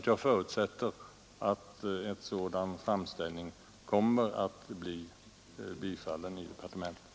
Jag förutsätter att denna framställning kommer att bifallas av departementet.